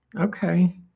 Okay